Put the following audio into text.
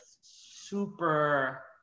super